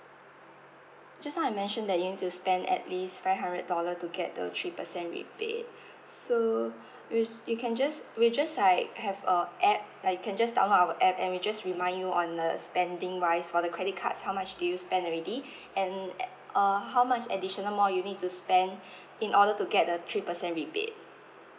just now I mentioned that you need to spend at least five hundred dollar to get the three percent rebate so you you can just we just like have a app like you can just download our app and we just remind you on the spending wise for the credit card how much do you spend already and uh how much additional more you need to spend in order to get the three percent rebate